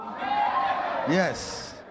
yes